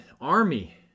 Army